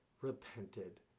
repented